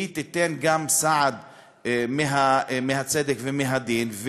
תיתן גם סעד מהצדק ומהדין,